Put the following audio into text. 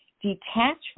detach